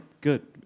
good